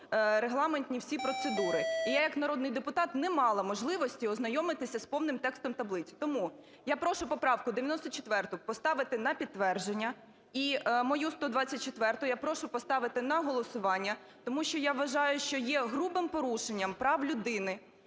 регламентні всі процедури і яяк народний депутат не мала можливості ознайомитися з повним текстом таблиці. Тому, я прошу поправку 94 поставити на підтвердження, і мою 124-у я прошу поставити на голосування, тому що я вважаю, що є грубим порушенням прав людини